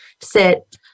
sit